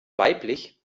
weiblich